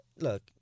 look